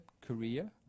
Korea